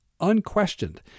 unquestioned